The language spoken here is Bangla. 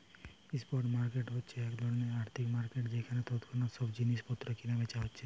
স্পট মার্কেট হচ্ছে এক ধরণের আর্থিক মার্কেট যেখানে তৎক্ষণাৎ সব জিনিস পত্র কিনা বেচা হচ্ছে